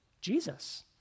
Jesus